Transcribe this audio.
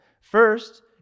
First